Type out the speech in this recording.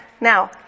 Now